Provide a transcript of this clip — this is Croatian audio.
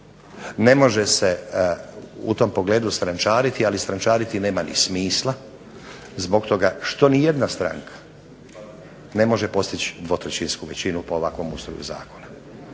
Ne može se u tom pogledu strančariti, ali strančariti nema ni smisla zbog toga što nijedna stranka ne može postići dvotrećinsku većinu po ovakvom ustroju zakona.